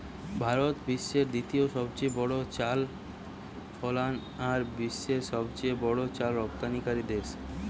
ভারত বিশ্বের দ্বিতীয় সবচেয়ে বড় চাল ফলানা আর বিশ্বের সবচেয়ে বড় চাল রপ্তানিকরা দেশ